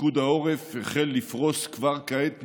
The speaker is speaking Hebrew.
פיקוד העורף החל לפרוס כבר כעת מיגוניות,